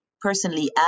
personally